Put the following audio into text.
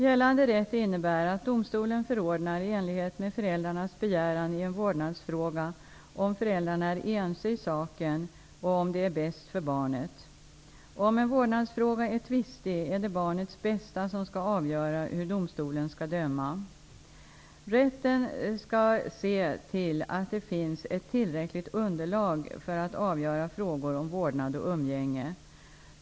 Gällande rätt innebär att domstolen förordnar i enlighet med föräldrarnas begäran i en vårdnadsfråga, om föräldrarna är ense i saken och om det är bäst för barnet. Om en vårdnadsfråga är tvistig, är det barnets bästa som skall avgöra hur domstolen skall döma. Rätten skall se till att det finns ett tillräckligt underlag för att avgöra frågor om vårdnad och umgänge.